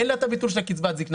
אין לה את הביטול של קצבת זקנה.